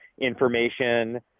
information